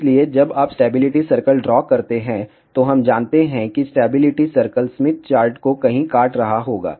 इसलिए जब आप स्टैबिलिटी सर्कल ड्रा करते हैं तो हम जानते हैं कि स्टैबिलिटी सर्कल स्मिथ चार्ट को कहीं काट रहा होगा